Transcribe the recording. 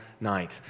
night